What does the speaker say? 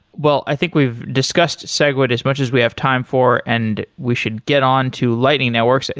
well, i think we've discussed segwit as much as we have time for, and we should get on to lighting networks.